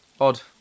Odd